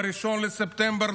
ב-1 בספטמבר,